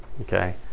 okay